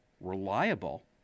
reliable